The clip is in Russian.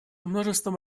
множеством